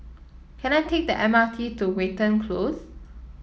can I take the M R T to Watten Close